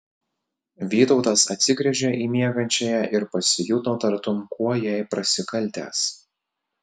vytautas atsigręžė į miegančiąją ir pasijuto tartum kuo jai prasikaltęs